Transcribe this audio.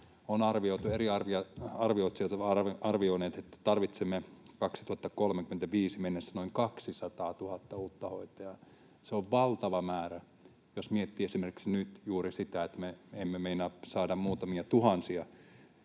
ovat arvioineet, että tarvitsemme vuoteen 2035 mennessä noin 200 000 uutta hoitajaa. Se on valtava määrä, jos miettii esimerkiksi juuri sitä, että me emme meinaa saada muutamia tuhansia